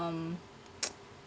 um